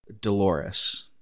Dolores